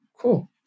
Cool